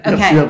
Okay